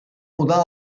mudar